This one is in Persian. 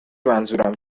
منظورم